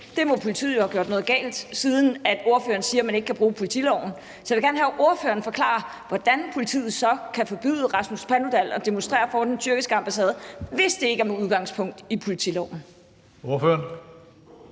der? Politiet må jo have gjort noget galt, siden ordføreren siger, at man ikke kan bruge politiloven. Så jeg vil gerne have, at ordføreren forklarer, hvordan politiet så kan forbyde Rasmus Paludan at demonstrere foran den tyrkiske ambassade, hvis det ikke er med udgangspunkt i politiloven. Kl.